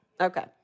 Okay